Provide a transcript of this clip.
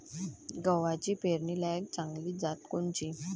गव्हाची पेरनीलायक चांगली जात कोनची?